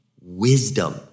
wisdom